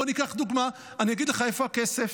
בוא ניקח דוגמה, אני אגיד לך איפה הכסף,